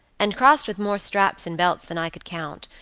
and crossed with more straps and belts than i could count,